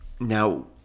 Now